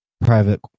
private